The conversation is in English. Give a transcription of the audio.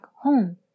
home